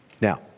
Now